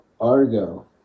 Argo